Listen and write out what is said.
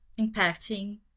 impacting